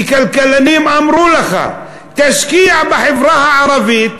כי כלכלנים אמרו לך: תשקיע בחברה הערבית,